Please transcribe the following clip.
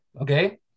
okay